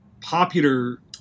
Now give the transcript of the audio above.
popular